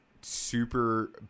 super